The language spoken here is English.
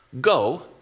Go